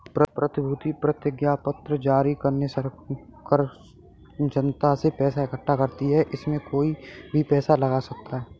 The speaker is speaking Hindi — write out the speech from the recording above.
प्रतिभूति प्रतिज्ञापत्र जारी करके सरकार जनता से पैसा इकठ्ठा करती है, इसमें कोई भी पैसा लगा सकता है